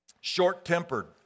short-tempered